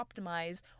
optimize